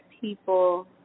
people